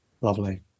lovely